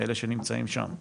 אלה שנמצאים שם.